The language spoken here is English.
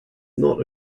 not